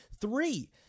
Three